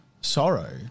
sorrow